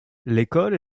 l’école